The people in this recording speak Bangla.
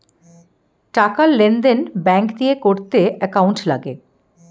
টাকার লেনদেন ব্যাঙ্ক দিয়ে করতে অ্যাকাউন্ট লাগে